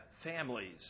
families